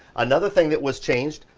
another thing that was changed,